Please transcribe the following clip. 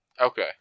Okay